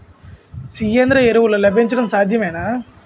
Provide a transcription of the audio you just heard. సేంద్రీయ ఎరువులు లభించడం సాధ్యమేనా?